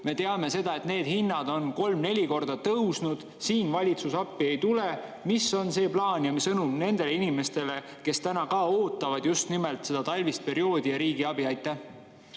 Me teame seda, et need hinnad on kolm-neli korda tõusnud, siin valitsus appi ei tule. Mis on plaan ja sõnum nendele inimestele, kes ka ootavad just nimelt selleks talviseks perioodiks riigi abi?